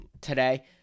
today